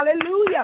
Hallelujah